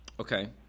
okay